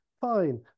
fine